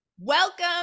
Welcome